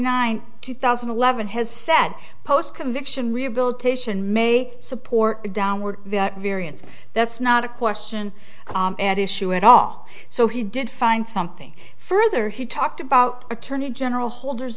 nine two thousand and eleven has said post conviction rehabilitation may support downward variance that's not a question at issue at all so he did find something further he talked about attorney general holder